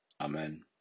Amen